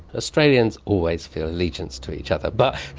australians always feel allegiance to each other, but